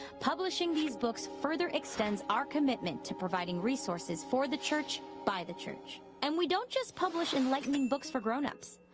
publishing these books further extends our commitment to providing resources for the church, by the church, and we don't just publish enlightening books for grown ups.